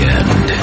end